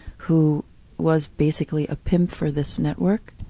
who was basically a pimp for this network,